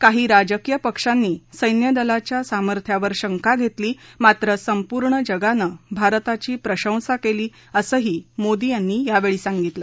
काही राजकीय पक्षांनी सैन्य दलाच्या सामर्थ्यांवर शंका घेतली मात्र संपूर्ण जगानं भारताची प्रशंसा केली असंही मोदी यांनी सांगितलं